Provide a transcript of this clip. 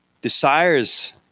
Desires